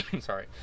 sorry